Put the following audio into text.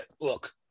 look